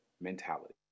mentality